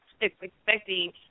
expecting